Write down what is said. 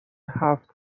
هفت